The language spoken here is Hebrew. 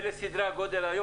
אלה סדרי הגודל של הקרנות